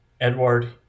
Edward